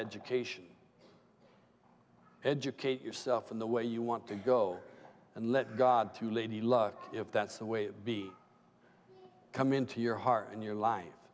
education educate yourself in the way you want to go and let god to lady luck if that's the way it be come into your heart and your life